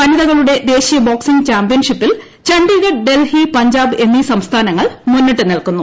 വനിതകളുടെ ദേശീയ ബോക്സിംഗ് ചാമ്പ്യൻഷിപ്പിൽ ചണ്ഡിഗഡ് ഡൽഹി പഞ്ചാബ് മുന്നിട്ട് നിൽക്കുന്നു